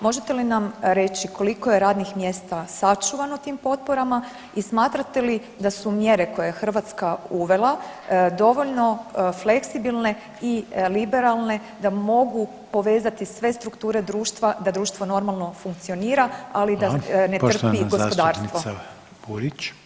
Možete li nam reći koliko je radnih mjesta sačuvano tim potporama i smatrate li da su mjere koje je Hrvatska uvela dovoljno fleksibilne i liberalne da mogu povezati sve strukture društva da društvo normalno funkcionira, ali da ne trpi gospodarstvo?